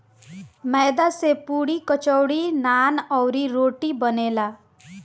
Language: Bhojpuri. मैदा से पुड़ी, कचौड़ी, नान, अउरी, रोटी बनेला